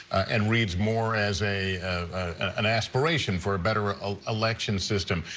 and reads more as a an aspiration for a better ah ah election system.